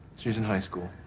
she's in high school.